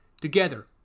Together